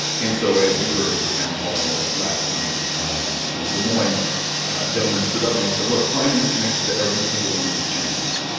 and so as you heard at the town hall last night in des moines, a gentleman stood up and he said, look climate is connected to every single one of these challenges.